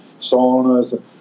saunas